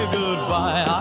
goodbye